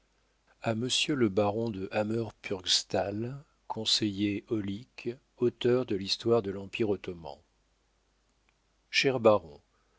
a monsieur le baron de hammer purgstall conseiller aulique auteur de l'histoire de l'empire ottoman cher baron